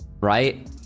Right